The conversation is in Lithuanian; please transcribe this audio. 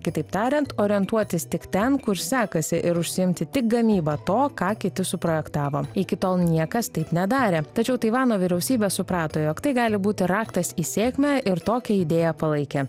kitaip tariant orientuotis tik ten kur sekasi ir užsiimti tik gamyba to ką kiti suprojektavo iki tol niekas taip nedarė tačiau taivano vyriausybė suprato jog tai gali būti raktas į sėkmę ir tokią idėją palaikė